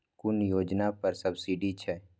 कुन योजना पर सब्सिडी छै?